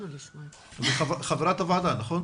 את חברת הוועדה, נכון?